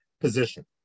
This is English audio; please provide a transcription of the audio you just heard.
position